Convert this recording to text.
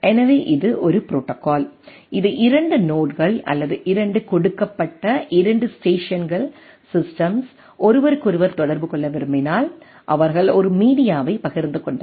எனவே இது ஒரு ப்ரோடோகால் இது 2 நோட்கள் அல்லது 2 கொடுக்கப்பட்ட 2 ஸ்டேஷன்கள் சிஸ்டம்ஸ் ஒருவருக்கொருவர் தொடர்பு கொள்ள விரும்பினால் அவர்கள் ஒரு மீடியாவைப் பகிர்ந்து கொண்டனர்